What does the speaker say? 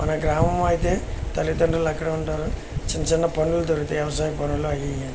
మన గ్రామం అయితే తల్లిదండ్రులు అక్కడే ఉంటారు చిన్న చిన్న పనులు దొరుకుతాయి వ్యవసాయం పనులు అవీ ఇవీ అని